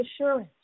assurance